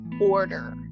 order